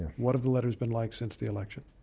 what have the letters been like since the election?